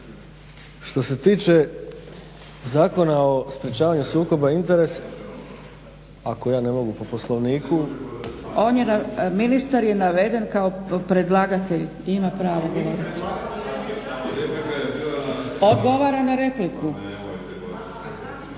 Što se tiče Zakona o sprečavanju sukoba interesa ako ja ne mogu po poslovniku, …/Upadica Zgrebec: Ministar je naveden kao predlagatelj i ima pravo predlagati, odgovara na repliku.